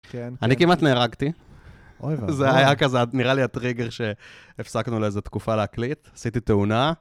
אני כמעט נהרגתי, זה היה כזה ה... נראה לי הטריגר שהפסקנו לאיזו תקופה להקליט, עשיתי תאונה.